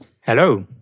Hello